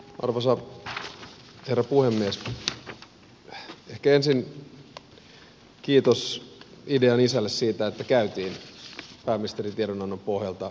ehkä ensin kiitos idean isälle siitä että käytiin pääministerin tiedonannon pohjalta keskustelua